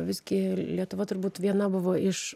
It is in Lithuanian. visgi lietuva turbūt viena buvo iš